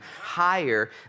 higher